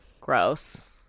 Gross